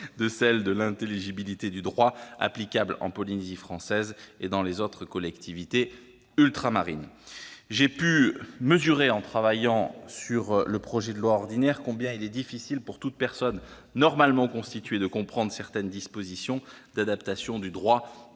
de celle de l'intelligibilité du droit applicable en Polynésie française et dans les autres collectivités ultramarines. J'ai pu mesurer, en travaillant sur le projet de loi ordinaire, combien il est difficile pour toute personne normalement constituée de comprendre certaines dispositions d'adaptation du droit